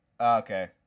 okay